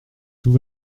tout